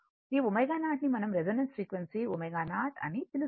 ఈ ω0 ను మనం రెసోనెన్స్ ఫ్రీక్వెన్సీ ω0 అని పిలుస్తాము